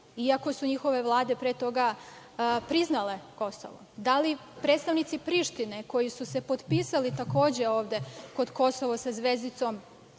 iako su njihove vlade pre toga priznale Kosovo. Da li predstavnici Prištine koji su se potpisali takođe ovde kod Kosovo sa zvezdicom,